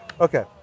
Okay